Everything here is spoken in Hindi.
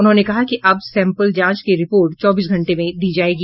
उन्होंने कहा कि अब सैंपल जांच की रिपोर्ट चौबीस घंटे में दी जायेगी